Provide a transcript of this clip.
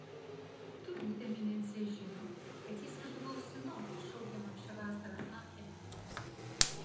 turbūt eminencija žino kad jis vadovaus sinodui šaukiamam šią vasarą achene